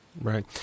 Right